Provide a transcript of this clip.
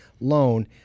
loan